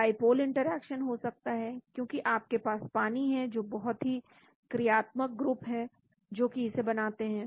di पोल interaction हो सकता है क्योंकि आपके पास पानी है तो बहुत से क्रियात्मक ग्रुप जो कि इसे बनाते हैं